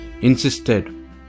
insisted